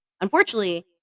Unfortunately